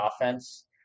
offense